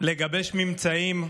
לגבש ממצאים.